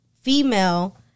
female